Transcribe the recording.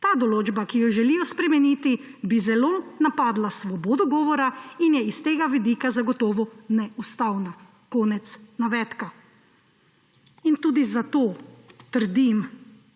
Ta določba, ki jo želijo spremeniti, bi zelo napadla svobodo govora in je s tega vidika zagotovo neustavna.« Konec navedka. Tudi zato trdim,